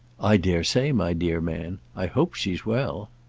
i dare say, my dear man. i hope she's well.